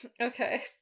Okay